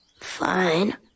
Fine